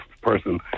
person